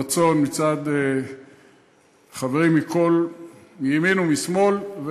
רצון מצד חברים מימין ומשמאל,